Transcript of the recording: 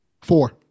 Four